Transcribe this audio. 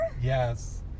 Yes